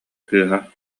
кыыһа